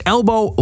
Elbow